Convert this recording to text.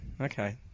Okay